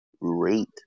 rate